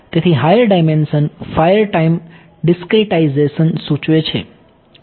તેથી higher dimension finer time discretization સૂચવે છે